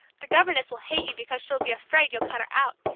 the governess will hate you because she'll be afraid you'll cut her out,